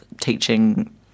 teaching